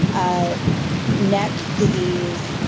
ah neck disease,